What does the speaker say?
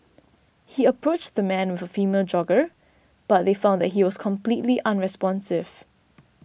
he approached the man with a female jogger but they found that he was completely unresponsive